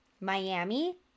miami